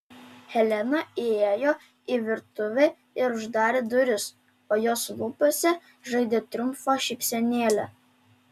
helena įėjo į virtuvę ir uždarė duris o jos lūpose žaidė triumfo šypsenėlė